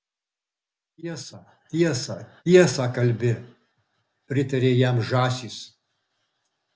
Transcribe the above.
tiesą tiesą tiesą kalbi pritarė jam žąsys